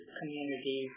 community